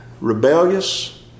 rebellious